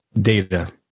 data